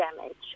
damage